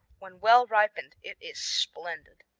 when well ripened it is splendid.